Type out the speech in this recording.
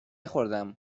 خوردم